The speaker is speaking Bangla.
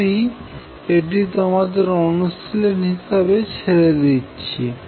আমি এটি তোমাদের অনুশীলন হিসেবে ছেড়ে যাচ্ছি